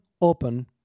open